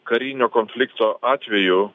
karinio konflikto atveju